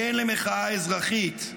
כן למחאה אזרחית.